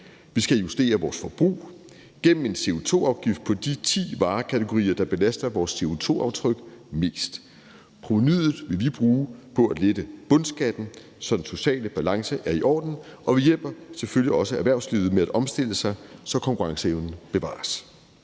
Vi skal justere vores forbrug gennem en CO2-afgift på de ti varekategorier, der belaster vores CO2-aftryk mest. Provenuet vil vi bruge på at lette bundskatten, så den sociale balance er i orden, og vi hjælper selvfølgelig også erhvervslivet med at omstille sig, så konkurrenceevnen bevares.